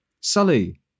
Sully